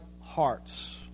hearts